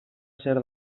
zer